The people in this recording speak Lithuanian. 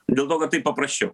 dėl to kad taip paprasčiau